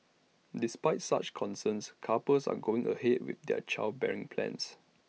despite such concerns couples are going ahead with their childbearing plans